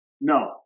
No